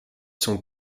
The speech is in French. sont